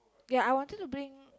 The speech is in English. ya I wanted to bring